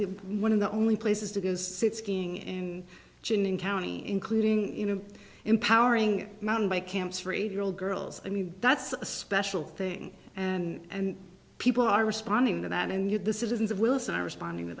trails one of the only places to go skiing in ginning county including you know empowering mountain bike camps for eight year old girls i mean that's a special thing and people are responding to that and you the citizens of wilson are responding to